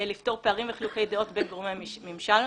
לפתור פערים וחילוקי דעות בין גורמי ממשל,